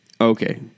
Okay